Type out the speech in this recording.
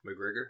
McGregor